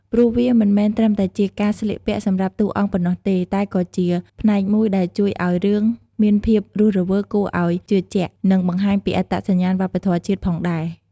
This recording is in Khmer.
ព្រោះវាមិនមែនត្រឹមតែជាការស្លៀកពាក់សម្រាប់តួអង្គប៉ុណ្ណោះទេ តែក៏ជាផ្នែកមួយដែលជួយឲ្យរឿងមានភាពរស់រវើក គួរឱ្យជឿជាក់ និងបង្ហាញពីអត្តសញ្ញាណវប្បធម៌ជាតិផងដែរ ។